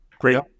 great